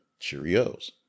Cheerios